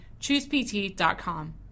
ChoosePT.com